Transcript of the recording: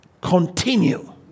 continue